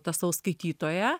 tą savo skaitytoją